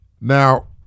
Now